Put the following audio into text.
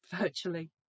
virtually